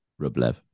Rublev